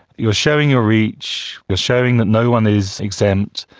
you're showing your reach, you're showing that no one is exempt,